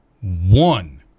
one